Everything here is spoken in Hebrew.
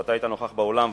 ואתה היית נוכח באולם,